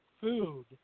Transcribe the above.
food